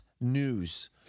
news